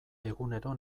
egunero